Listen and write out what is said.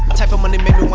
type of money